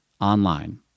online